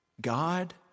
God